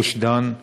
גוש-דן,